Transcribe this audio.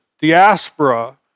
diaspora